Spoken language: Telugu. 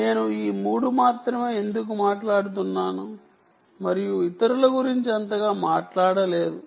నేను ఈ 3 మాత్రమే ఎందుకు మాట్లాడుతున్నాను మరియు ఇతరుల గురించి అంతగా మాట్లాడలేదు